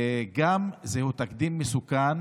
גם זה תקדים מסוכן